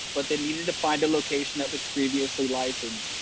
but they needed to find a location that was previously license.